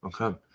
Okay